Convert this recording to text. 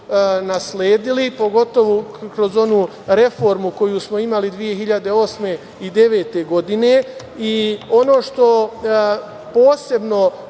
nasledili, pogotovo kroz onu reformu koju smo imali 2008. i 2009. godine